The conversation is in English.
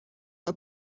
are